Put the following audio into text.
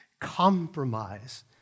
compromise